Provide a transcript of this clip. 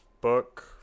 book